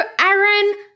Aaron